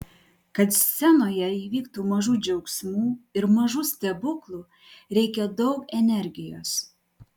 kad scenoje įvyktų mažų džiaugsmų ir mažų stebuklų reikia daug energijos